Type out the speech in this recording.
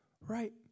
Right